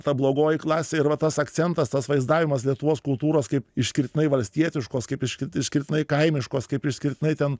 ta blogoji klasė ir va tas akcentas tas vaizdavimas lietuvos kultūros kaip išskirtinai valstietiškos kaip iškit išskirtinai kaimiškos kaip išskirtinai ten